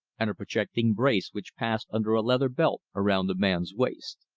and a projecting brace which passed under a leather belt around the man's waist.